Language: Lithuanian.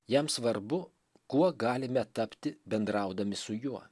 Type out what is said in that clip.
jam svarbu kuo galime tapti bendraudami su juo